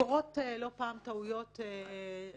קורות לא פעם טעויות - נדיר,